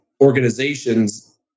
organizations